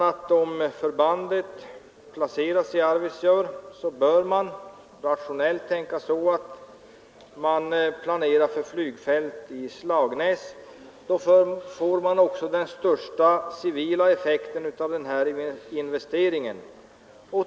Om förbandet placeras i Arvidsjaur bör man tänka rationellt och planera flygfält i Slagnäs. Då får man också den största civila effekten av denna investering.